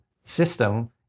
system